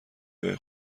جای